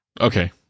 okay